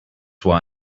why